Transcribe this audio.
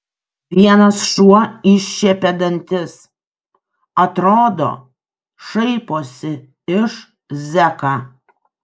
vienas šuo iššiepė dantis atrodo šaiposi iš zeką